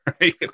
right